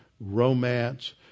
romance